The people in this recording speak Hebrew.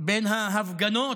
בין ההפגנות,